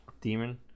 demon